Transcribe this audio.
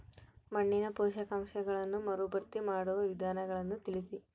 ಮಣ್ಣಿನ ಪೋಷಕಾಂಶಗಳನ್ನು ಮರುಭರ್ತಿ ಮಾಡುವ ವಿಧಾನಗಳನ್ನು ತಿಳಿಸಿ?